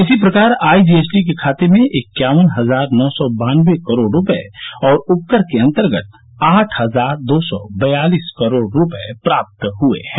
इसी प्रकार आईजीएसटी के खाते में इक्यावन हजार नौ सौ बानबे करोड़ रुपये और उपकर के अंतर्गत आठ हजार दो सौ बयालिस करोड़ रुपये प्राप्त हुए हैं